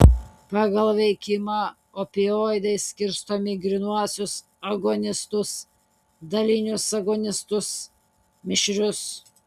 pagal veikimą opioidai skirstomi į grynuosius agonistus dalinius agonistus mišrius